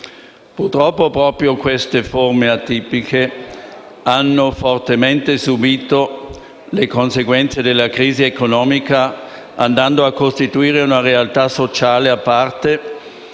Purtroppo proprio queste forme atipiche hanno fortemente subito le conseguenze della crisi economica, andando a costituire nel mondo del